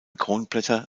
kronblätter